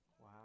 Wow